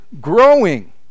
growing